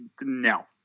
No